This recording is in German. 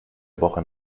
woche